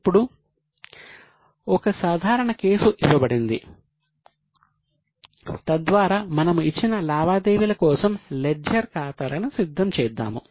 ఇప్పుడు ఒక సాధారణ కేసు ఇవ్వబడింది తద్వారా మనము ఇచ్చిన లావాదేవీల కోసం లెడ్జర్ ఖాతాలను సిద్ధం చేద్దాము